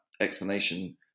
explanation